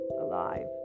alive